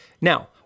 Now